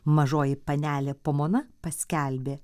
mažoji panelė pomona paskelbė